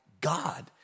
God